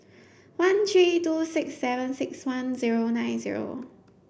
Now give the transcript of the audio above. one three two six seven six one zero nine zero